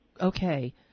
Okay